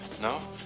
No